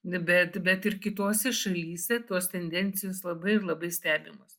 bet bet ir kitose šalyse tos tendencijos labai ir labai stebimos